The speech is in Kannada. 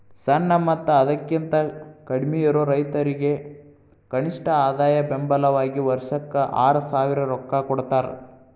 ಸಣ್ಣ ಮತ್ತ ಅದಕಿಂತ ಕಡ್ಮಿಯಿರು ರೈತರಿಗೆ ಕನಿಷ್ಠ ಆದಾಯ ಬೆಂಬಲ ವಾಗಿ ವರ್ಷಕ್ಕ ಆರಸಾವಿರ ರೊಕ್ಕಾ ಕೊಡತಾರ